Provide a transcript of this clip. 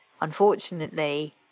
unfortunately